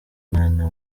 umwana